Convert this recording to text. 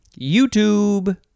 youtube